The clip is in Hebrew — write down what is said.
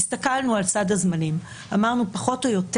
הסתכלנו על סעד הזמנים ואמרנו, פחות או יותר: